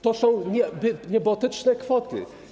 To są niebotyczne kwoty.